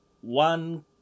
one